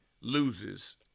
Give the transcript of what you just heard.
loses –